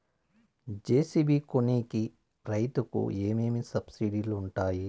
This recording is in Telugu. జె.సి.బి కొనేకి రైతుకు ఏమేమి సబ్సిడి లు వుంటాయి?